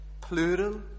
plural